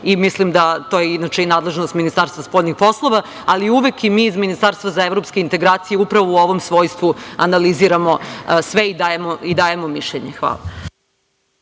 to je inače i nadležnost Ministarstva spoljnih poslova, ali uvek i mi iz Ministarstva za evropske integracije upravo u ovom svojstvu analiziramo sve i dajemo mišljenje. Hvala.